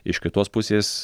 iš kitos pusės